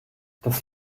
das